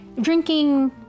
Drinking